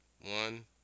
one